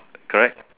correct